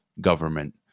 government